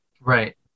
Right